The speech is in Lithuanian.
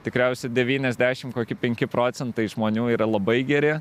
tikriausiai devyniasdešim kokie penki procentai žmonių yra labai geri